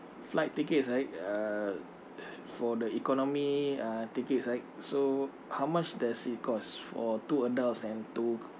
flight tickets right uh for the economy uh tickets right so how much does it cost for two adults and two